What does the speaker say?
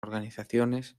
organizaciones